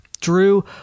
Drew